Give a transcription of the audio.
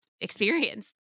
experience